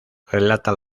relata